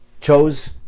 chose